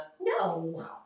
No